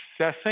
accessing